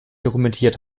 dokumentiert